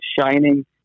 shining